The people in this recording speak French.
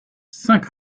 cinq